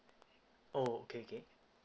oh okay okay